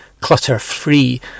clutter-free